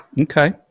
Okay